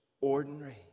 ordinary